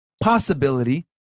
possibility